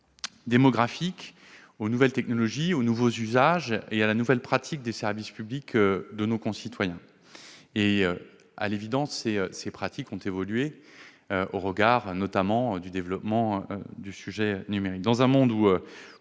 démographiques, aux nouvelles technologies, aux nouveaux usages et à la nouvelle pratique des services publics de nos concitoyens. À l'évidence, cette pratique a évolué, au regard notamment du développement du numérique. Dans un monde où